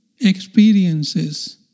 experiences